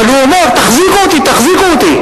אבל הוא אומר: תחזיקו אותי, תחזיקו אותי,